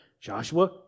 Joshua